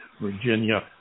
Virginia